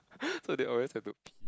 so they always have to pee